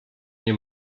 nie